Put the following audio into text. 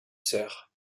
sœurs